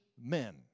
men